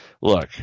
look